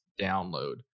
download